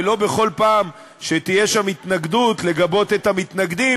ולא בכל פעם שתהיה שם התנגדות לגבות את המתנגדים